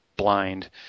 blind